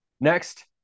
Next